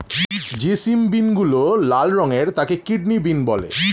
যে সিম বিনগুলো লাল রঙের তাকে কিডনি বিন বলে